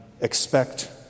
expect